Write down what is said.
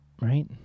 Right